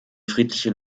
friedliche